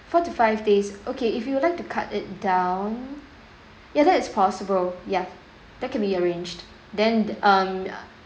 four to five days okay if you would like to cut it down ya that's possible ya that can be arranged then um